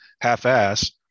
half-ass